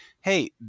Hey